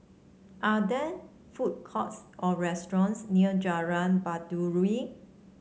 are there food courts or restaurants near Jalan Baiduri